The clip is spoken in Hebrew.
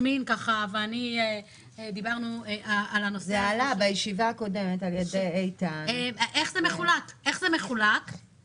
אומרים